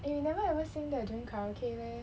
eh you never ever sing that during karaoke leh